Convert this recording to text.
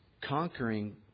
conquering